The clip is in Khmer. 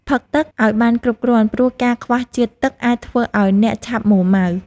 ផឹកទឹកឱ្យបានគ្រប់គ្រាន់ ព្រោះការខ្វះជាតិទឹកអាចធ្វើឱ្យអ្នកឆាប់មួម៉ៅ។